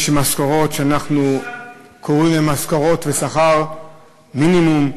יש משכורות שאנחנו קוראים להן משכורות ושכר מינימום,